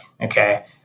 okay